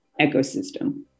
ecosystem